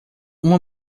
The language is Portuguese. uma